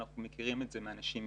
אנחנו מכירים את זה מאנשים מבפנים.